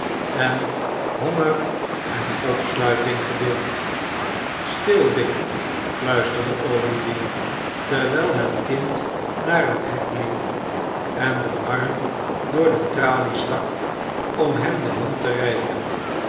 en honger en opsluiting gedeeld stil dick fluisterde olivier terwijl het kind naar het hek liep en den arm door de tralies stak om hem de hand te reiken